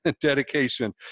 dedication